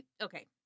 Okay